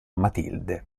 matilde